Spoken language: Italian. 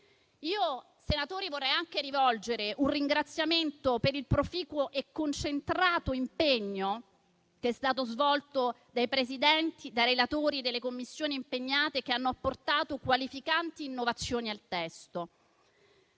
senatori, vorrei anche rivolgere un ringraziamento per il proficuo e concentrato impegno che è stato profuso dai Presidenti e dai relatori delle Commissioni impegnate, che hanno apportato qualificanti innovazioni al testo.